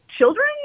Children